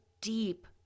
deep